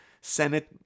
Senate